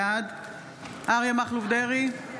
בעד אריה מכלוף דרעי,